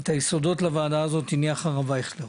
את היסודות לוועדה הזאת הניח הרב אייכלר.